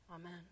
Amen